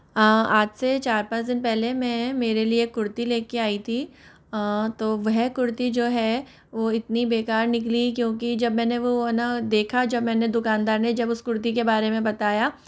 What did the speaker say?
हाँ आज से चार पाँच दिन पहले मैं मेरे लिए कुर्ती लेके आई थी तो वह कुर्ती जो है वो इतनी बेकार निकली क्योंकि जब मैंने वो है ना देखा जब मैंने दुकानदार ने जब उस कुर्ती के बारे में बताया